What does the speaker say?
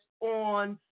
on